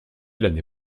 l’année